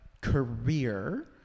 career